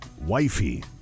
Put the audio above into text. wifey